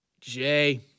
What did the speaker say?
Jay